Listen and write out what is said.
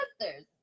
sisters